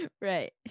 Right